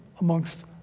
amongst